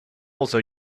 also